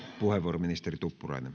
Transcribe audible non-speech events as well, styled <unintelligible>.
puheenvuoro ministeri tuppurainen <unintelligible>